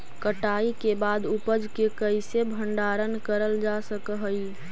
कटाई के बाद उपज के कईसे भंडारण करल जा सक हई?